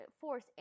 force